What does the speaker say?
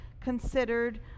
considered